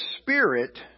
Spirit